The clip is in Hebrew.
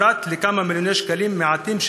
פרט לכמה מיליוני שקלים מעטים,